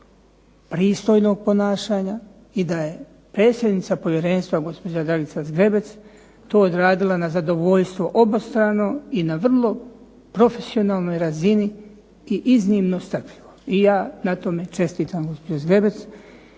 pristojnog ponašanja i da je predsjednica Povjerenstva gospođa Dragica Zgrebec to odradila na zadovoljstvo obostrano i na vrlo profesionalnoj razini i iznimno stabilno i ja na tome čestitam gospođo Zgrebec.